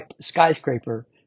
skyscraper